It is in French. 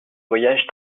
voyage